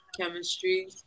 chemistry